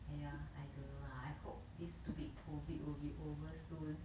!aiya! I don't know lah I hope this stupid COVID will be over soon